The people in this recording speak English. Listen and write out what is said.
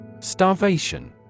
Starvation